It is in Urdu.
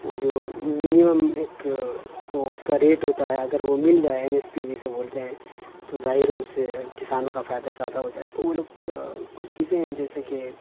وہ جو منیمم ایک وہ اس کا ریٹ ہوتا ہے اگر وہ مل جائے ایم ایس پی جسے بولتے ہیں تو ظاہر ہے اس سے کسانوں کا فائدہ زیادہ ہوتا ہے تو وہ لوگ کچھ چیزیں ہیں جیسا کہ